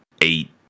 eight